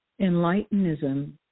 Enlightenism